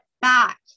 back